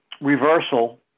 reversal